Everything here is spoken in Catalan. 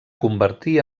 convertir